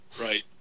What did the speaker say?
right